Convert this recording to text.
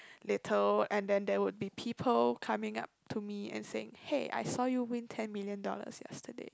little and then there would be people coming up to me and say hey I saw you win ten million dollars yesterday